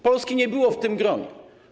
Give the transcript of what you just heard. Polski nie było w tym gronie.